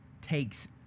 takes